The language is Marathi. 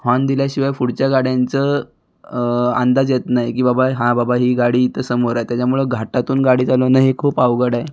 हॉन दिल्याशिवाय पुढच्या गाड्याचं अंदाज येत नाही की बाबा हा बाबा ही गाडी इथं समोर आहे त्याच्यामुळं घाटातून गाडी चालवणं हे खूप अवघड आहे